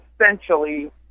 essentially